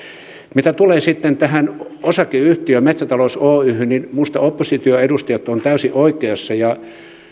mitä tulee sitten tähän osakeyhtiöön metsätalous oyhyn niin minusta opposition edustajat ovat täysin oikeassa ja